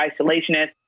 isolationist